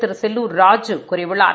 திரு செல்லூர் ராஜூ கூறியுள்ளார்